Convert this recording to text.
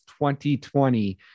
2020